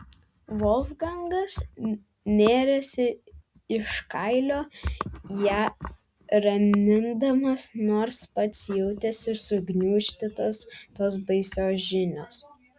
volfgangas nėrėsi iš kailio ją ramindamas nors pats jautėsi sugniuždytas tos baisios žinios